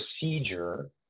procedure